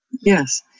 Yes